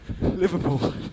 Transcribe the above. Liverpool